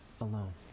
alone